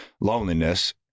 loneliness